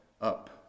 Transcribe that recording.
up